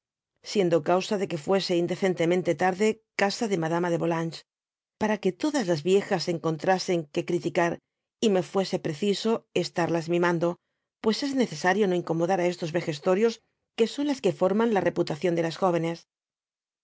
siendo causa de que fuese indecett temente tarde casa de madama de volanges para que todas las viejas encontrasen que criticar y me fuese preciso estarlas mimando pues es necesario no incomodar á estos vejestorios que son las que forman la reputocion de las jóvenes